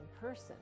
person